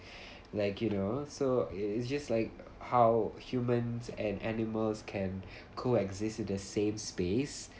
like you know so it it's just like how humans and animals can coexist with the same space